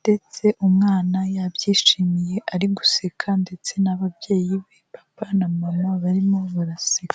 ndetse umwana yabyishimiye ari guseka ndetse n'ababyeyi be papa na mama barimo baraseka.